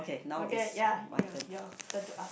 okay ya you your turn to ask